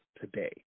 today